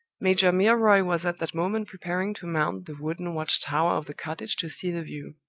major milroy was at that moment preparing to mount the wooden watch-tower of the cottage to see the view.